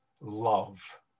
love